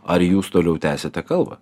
ar jūs toliau tęsiate kalbą